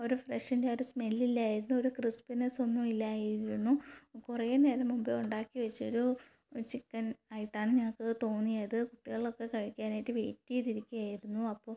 ഒരു ഫ്രഷിൻ്റെ ഒരു സ്മെല്ലില്ലായിരുന്നു ഒരു ക്രിസ്പിനെസൊന്നും ഇല്ലായിരുന്നു കുറെ നേരം മുൻപേ ഉണ്ടാക്കി വച്ചൊരു ചിക്കൻ ആയിട്ടാണ് ഞങ്ങള്ക്കത് തോന്നിയത് കുട്ടികളൊക്കെ കഴിക്കാനായിട്ട് വെയിറ്റ് ചെയ്തിരിക്കുവാരുന്നു അപ്പോള്